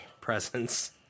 presents